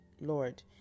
Lord